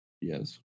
yes